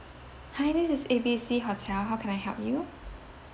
hi this is A B C hotel how can I help you